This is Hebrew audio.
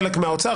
חלק מהאוצר,